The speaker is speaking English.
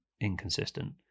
inconsistent